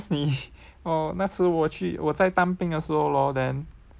sometimes 你 or 那时候我去我在当兵的时候 lor then